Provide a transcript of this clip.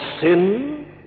sin